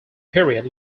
period